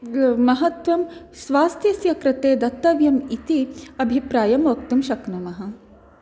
महत्वं स्वास्थ्यस्य कृते दातव्यम् इति अभिप्रायं वक्तुं शक्नुमः